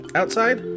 outside